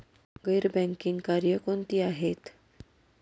गैर बँकिंग कार्य कोणती आहेत?